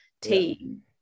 team